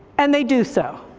and they do so.